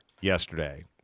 yesterday